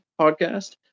podcast